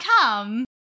come